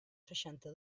seixanta